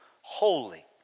Holy